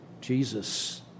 Jesus